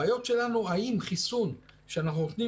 הבעיות שלנו האם חיסון שאנחנו נותנים